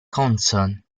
concern